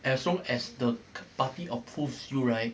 as long as the party approves you right